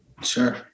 Sure